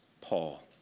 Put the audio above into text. Paul